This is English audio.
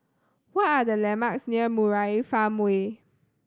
what are the landmarks near Murai Farmway